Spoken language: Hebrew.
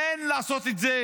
אין לעשות את זה